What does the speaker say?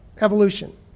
evolution